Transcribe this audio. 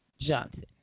Johnson